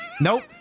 Nope